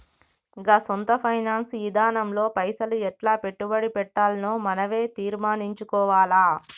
గా సొంత ఫైనాన్స్ ఇదానంలో పైసలు ఎట్లా పెట్టుబడి పెట్టాల్నో మనవే తీర్మనించుకోవాల